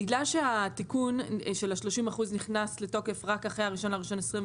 בגלל שהתיקון של ה-30% נכנס לתוקף רק אחרי ה- 1.1.25,